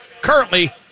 currently